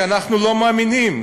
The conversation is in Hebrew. כי אנחנו לא מאמינים.